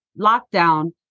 lockdown